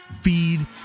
Feed